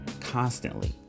constantly